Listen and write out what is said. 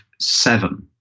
seven